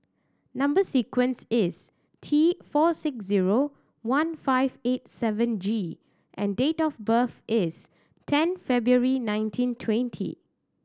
number sequence is T four six zero one five eight seven G and date of birth is ten February nineteen twenty